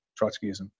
Trotskyism